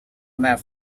map